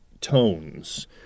tones